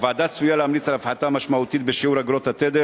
הוועדה צפויה להמליץ על הפחתה משמעותית בשיעור אגרות התדר